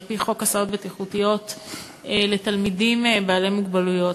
על-פי חוק הסעה בטיחותית לילדים ולפעוטות עם מוגבלות.